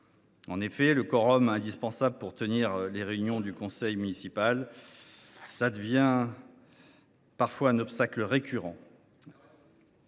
atteindre le quorum indispensable pour tenir les réunions du conseil municipal se transforme parfois en obstacle récurrent.